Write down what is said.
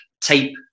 tape